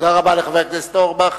תודה רבה לחבר הכנסת אורבך.